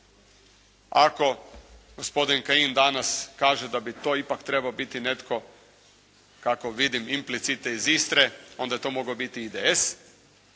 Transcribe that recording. Ako gospodin Kajin danas kaže da bi to ipak trebao biti netko kako vidim implicite iz Istre, onda je to mogao biti IDS,